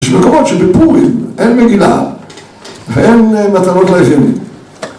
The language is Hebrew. ‫יש מקומות שבפורים אין מגילה ‫ואין מתנות לאביונים.